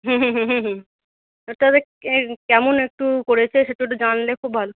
হুম হুম হুম হুম হুম তবে কেমন একটু করেছে সেটা একটু জানলে খুব ভালো